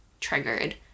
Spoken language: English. triggered